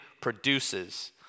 produces